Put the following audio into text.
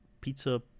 pizza